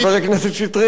חבר הכנסת שטרית,